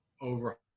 over